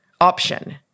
option